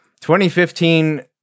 2015